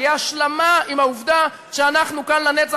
תהיה השלמה עם העובדה שאנחנו כאן לנצח,